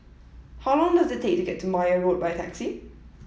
how long does it take to get to Meyer Road by taxi